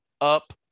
up